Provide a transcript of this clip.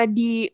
di